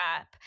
up